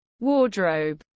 wardrobe